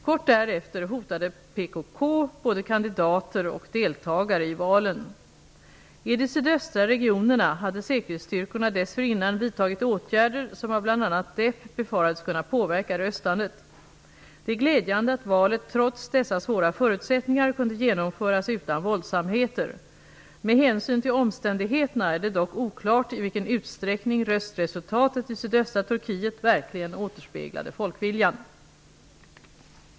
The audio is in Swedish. Kort därefter hotade PKK både kandidater och deltagare i valen. I de sydöstra regionerna hade säkerhetsstyrkorna dessförinnan vidtagit åtgärder som av bl.a. DEP befarades kunna påverka röstandet. Det är glädjande att valet trots dessa svåra förutsättningar kunde genomföras utan våldsamheter. Med hänsyn till omständigheterna är det dock oklart i vilken utsträckning röstresultatet i sydöstra Turkiet verkligen återspeglade folkviljan.